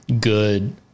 good